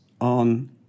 on